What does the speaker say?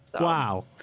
wow